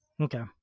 Okay